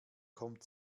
kommt